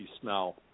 smell